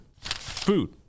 Food